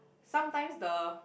sometimes the